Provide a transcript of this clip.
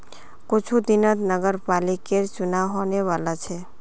कुछू दिनत नगरपालिकर चुनाव होने वाला छ